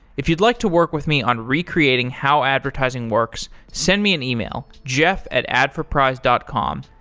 if you'd like to work with me on recreating how advertising works, send me an email, jeff at adforprize dot com.